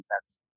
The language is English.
defense